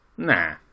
nah